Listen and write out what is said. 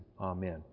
Amen